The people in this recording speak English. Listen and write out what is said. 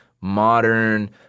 modern